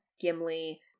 gimli